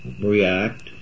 React